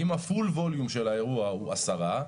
אם הפול ווליום של האירוע הוא עשרה,